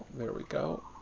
there we go.